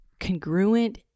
congruent